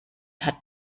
hat